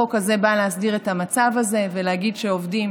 החוק הזה בא להסדיר את המצב הזה ולהגיד שעובדים